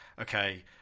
okay